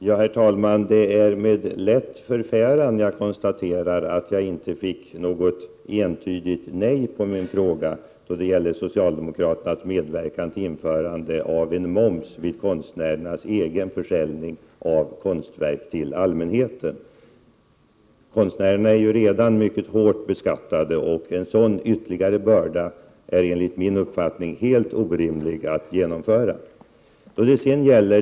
Herr talman! Det är med lätt förfäran jag konstaterar att jag inte fick något entydigt nej som svar på min fråga om socialdemokraternas medverkan till införande av en moms vid konstnärers egen försäljning av konstverk till allmänheten. Konstnärerna är redan mycket hårt beskattade, och en sådan ytterligare börda är enligt min uppfattning helt orimlig att införa.